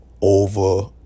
over